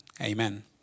amen